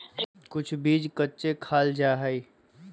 कुछ बीज कच्चे खाल जा हई